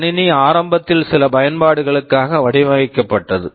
கணினி ஆரம்பத்தில் சில பயன்பாடுகளுக்காக வடிவமைக்கப்பட்டது